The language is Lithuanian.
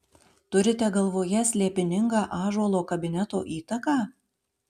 turite galvoje slėpiningą ąžuolo kabineto įtaką